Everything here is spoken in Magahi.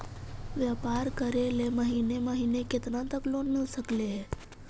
व्यापार करेल महिने महिने केतना तक लोन मिल सकले हे?